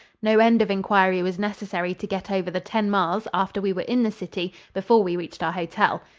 no end of inquiry was necessary to get over the ten miles after we were in the city before we reached our hotel.